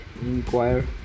inquire